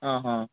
ఆహా